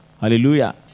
Hallelujah